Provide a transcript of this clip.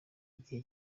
igihe